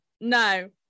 no